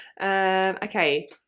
Okay